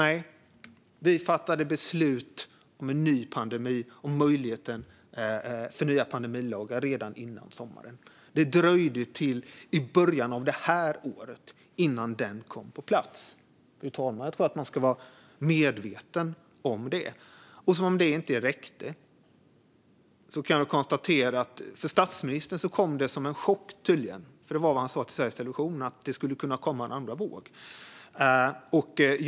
Nej, vi fattade beslut om möjligheten till nya pandemilagar redan innan sommaren. Det dröjde till i början av det här året innan den kom på plats. Jag tror att man ska vara medveten om det, fru talman. Som om det inte räckte kan vi konstatera att det tydligen kom som en chock för statsministern att det skulle kunna komma en andra våg. Det var vad han sa till Sveriges Television.